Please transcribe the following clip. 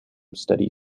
steady